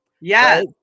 yes